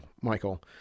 Michael